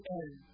end